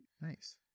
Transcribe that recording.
Nice